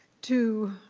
to